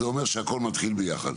זה אומר שהכל מתחיל ביחד.